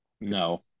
No